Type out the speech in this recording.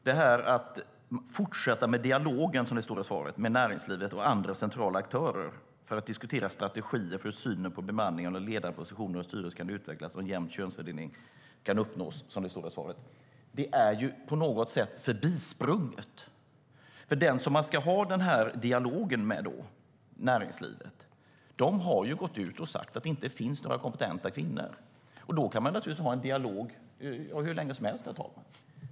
Det här med att, som ministern sade i svaret, fortsätta "dialogen med näringslivet och andra centrala aktörer för att diskutera strategier för hur synen på bemanningen av ledande positioner och av styrelser kan utvecklas, med en jämn könsfördelning som mål" - det är på något sätt förbisprunget, för den som man ska ha dialogen med, näringslivet, har gått ut och sagt att det inte finns några kompetenta kvinnor. Då kan man naturligtvis ha en dialog hur länge som helst, herr talman.